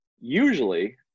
usually